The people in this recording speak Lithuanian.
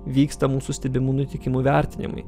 vyksta mūsų stebimų nutikimų vertinimai